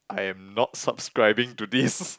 I'm not subscribing to this